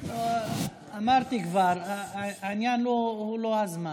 אמרתי כבר, העניין הוא לא הזמן.